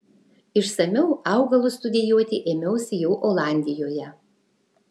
išsamiau augalus studijuoti ėmiausi jau olandijoje